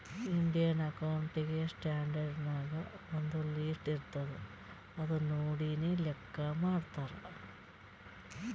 Indian accounting standard ನಾಗ್ ಒಂದ್ list ಇರ್ತುದ್ ಅದು ನೋಡಿನೇ ಲೆಕ್ಕಾ ಮಾಡ್ತಾರ್